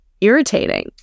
irritating